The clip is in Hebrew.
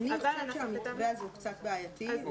אני חושבת שהמתווה הזה קצת בעייתי.